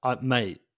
Mate